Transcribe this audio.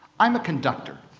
i'm a conductor,